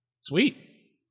Sweet